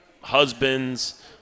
husbands